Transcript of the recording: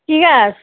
কী গাছ